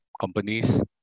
companies